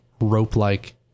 rope-like